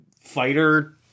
Fighter